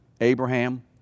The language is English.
Abraham